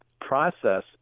process